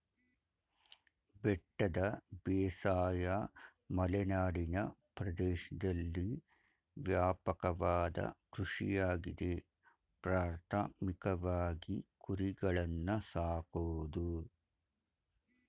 ಬೆಟ್ಟದ ಬೇಸಾಯ ಮಲೆನಾಡಿನ ಪ್ರದೇಶ್ದಲ್ಲಿ ವ್ಯಾಪಕವಾದ ಕೃಷಿಯಾಗಿದೆ ಪ್ರಾಥಮಿಕವಾಗಿ ಕುರಿಗಳನ್ನು ಸಾಕೋದು